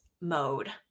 mode